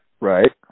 Right